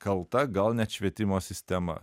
kalta gal net švietimo sistema